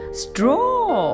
straw